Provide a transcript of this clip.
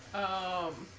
of